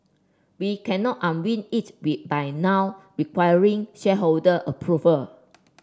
we cannot unwind it we by now requiring shareholder approval